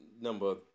number